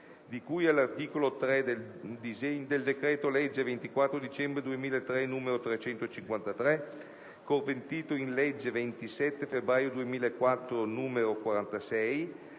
di cui all'articolo 3 del decreto-legge 24 dicembre 2003, n. 353, convertito nella legge 27 febbraio 2004, n. 46,